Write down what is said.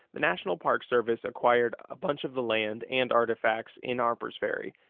the national park service acquired a bunch of the land and artifacts in harpers ferry,